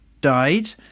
died